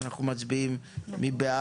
הצבעה סעיפים 12,